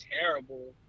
terrible